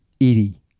Eddie